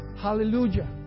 Hallelujah